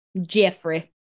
Jeffrey